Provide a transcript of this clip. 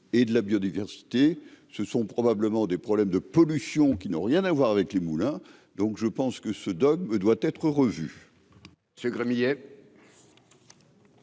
et de la biodiversité, ce sont probablement des problèmes de pollution qui n'ont rien à voir avec les moulins, donc je pense que ce dogme doit être revu.